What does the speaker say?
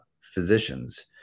physicians